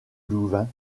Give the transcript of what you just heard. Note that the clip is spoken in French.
louvain